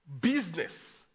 business